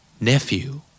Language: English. Nephew